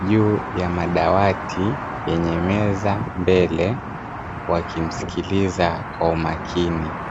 juu ya madawati, yenye meza mbele, wakimsikiliza kwa makini.